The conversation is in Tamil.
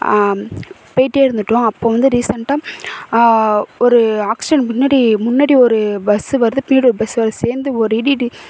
போயிகிட்டே இருந்துவிட்டோம் அப்போது வந்து ரீசெண்டாக ஒரு ஆக்சிடெண்ட் முன்னாடி முன்னாடி ஒரு பஸ்ஸு வருது பின்னாடி ஒரு பஸ்ஸு வருது சேர்ந்து ஒரு இடி இடி